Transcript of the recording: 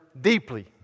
deeply